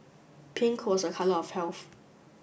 pink was a colour of health